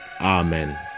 Amen